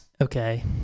Okay